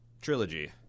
trilogy